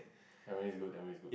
Tampines go that one is good